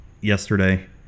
yesterday